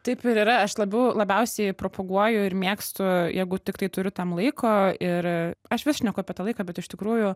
taip ir yra aš labiau labiausiai propaguoju ir mėgstu jeigu tiktai turiu tam laiko ir aš vis šneku apie tą laiką bet iš tikrųjų